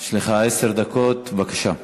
יש לך עשר דקות, בבקשה.